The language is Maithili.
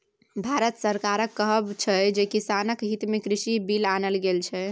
भारत सरकारक कहब छै जे किसानक हितमे कृषि बिल आनल गेल छै